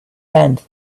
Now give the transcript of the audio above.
sent